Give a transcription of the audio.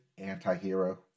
anti-hero